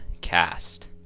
Cast